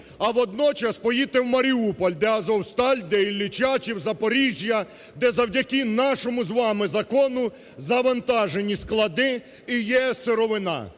А водночас поїдьте у Маріуполь, де "Азовсталь", де "Ілліча" чи в Запоріжжя, де завдяки нашому з вами закону завантажені склади і є сировина.